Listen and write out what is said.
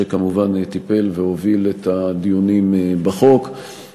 שכמובן טיפל והוביל את הדיונים בחוק,